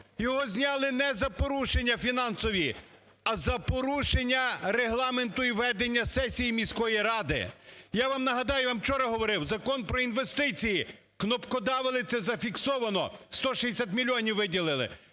Його зняли не за порушення фінансові, а за порушення Регламенту і ведення сесії міської ради. Я вам нагадаю, я вам вчора говорив, Закон про інвестиції. Кнопкодавили, це зафіксовано, 160 мільйонів виділили.